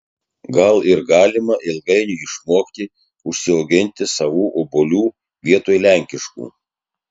gal ir galima ilgainiui išmokti užsiauginti savų obuolių vietoj lenkiškų